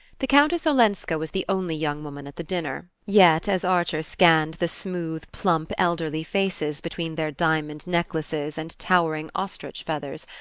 the countess olenska was the only young woman at the dinner yet, as archer scanned the smooth plump elderly faces between their diamond necklaces and towering ostrich feathers,